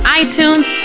iTunes